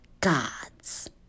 gods